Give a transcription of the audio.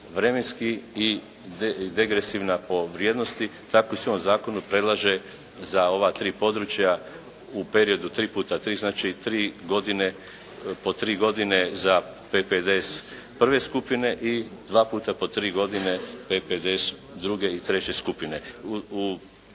vremenski i degresivna po vrijednosti. Tako se u ovom zakonu predlaže za ova tri područja u periodu 3 puta 3 znači 3 godine, po 3 godine za PPDS prve skupine i 2 puta po 3 godine PPDS druge i treće skupine.